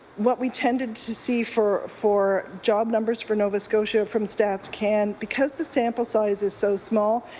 what we tended to see for for job numbers for nova scotia from stats can because the sample size is so small,